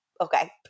okay